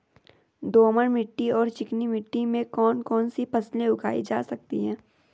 दोमट मिट्टी और चिकनी मिट्टी में कौन कौन सी फसलें उगाई जा सकती हैं?